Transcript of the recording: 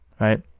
Right